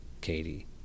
Katie